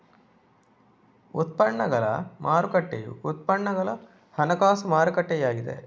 ಉತ್ಪನ್ನಗಳ ಮಾರುಕಟ್ಟೆಯು ಉತ್ಪನ್ನಗಳ ಹಣಕಾಸು ಮಾರುಕಟ್ಟೆಯಾಗಿದೆ